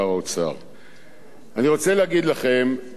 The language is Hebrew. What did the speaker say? אני רוצה להגיד לכם שלא קיבלתם אף נתון.